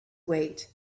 wait